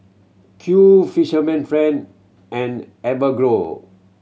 Qoo Fisherman Friend and Enfagrow